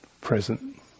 present